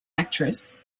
actress